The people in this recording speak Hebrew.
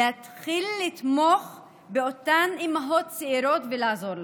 עלינו להתחיל לתמוך באותן אימהות צעירות ולעזור להן.